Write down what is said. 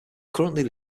currently